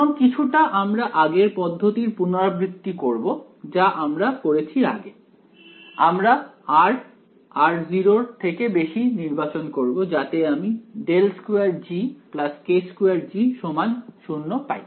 এবং কিছুটা আমরা আগের পদ্ধতির পুনরাবৃত্তি করব যা আমরা করেছি আগে আমরা r r0 নির্বাচন করব যাতে আমি ∇2G k2G 0 পাই